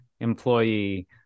employee